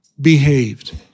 behaved